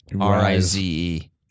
R-I-Z-E